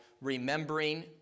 remembering